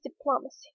diplomacy